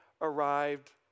arrived